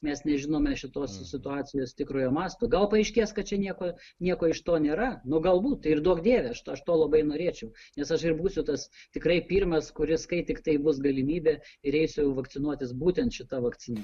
mes nežinome šitos situacijos tikrojo masto gal paaiškės kad čia nieko nieko iš to nėra nu galbūt tai ir duok dieve aš to labai norėčiau nes aš ir būsiu tas tikrai pirmas kuris kai tiktai bus galimybė ir eisiu vakcinuotis būtent šita vakcina